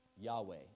Yahweh